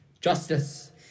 Justice